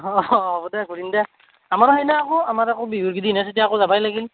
অহ হ' হ'ব দে ঘুৰিম দে আমাৰো সেই না আকো আমাৰ আকৌ বিহুৰ গিদিন হে ছুটী আকো যাবাই লাগিল